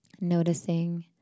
noticing